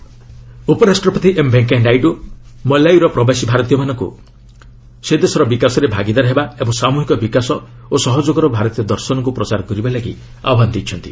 VP ମଲାଓଡ଼ି ଉପରାଷ୍ଟ୍ରପତି M Venkaiah Naidu ମଲାୱିର ପ୍ରବାସୀ ଭାରତୀୟମାନଙ୍କୁ ସେଦେଶର ବିକାଶରେ ଭାଗିଦାର ହେବା ଓ ସାମ୍ରହିକ ବିକାଶ ଏବଂ ସହଯୋଗର ଭାରତୀୟ ଦର୍ଶନକୁ ପ୍ରସାର କରିବାଲାଗି ଆହ୍ୱାନ ଦେଇଛନ୍ତି